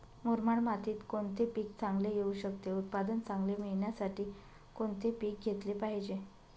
मुरमाड मातीत कोणते पीक चांगले येऊ शकते? उत्पादन चांगले मिळण्यासाठी कोणते पीक घेतले पाहिजे?